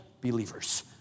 believers